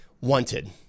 wanted